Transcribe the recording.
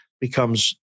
becomes